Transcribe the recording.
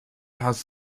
has